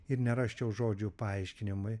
ir nerasčiau žodžių paaiškinimui